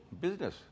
business